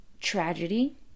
tragedy